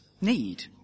need